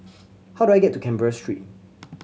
how do I get to Canberra Street